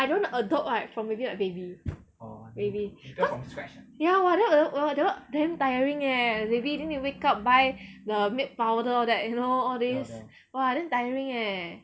I don't want to adopt like from maybe like baby baby cause ya what then !wah! that one damn tiring leh then need wake up buy the milk powder all that you know all these !wah! damn tiring eh